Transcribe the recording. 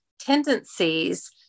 tendencies